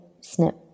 snip